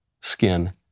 skin